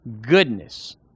goodness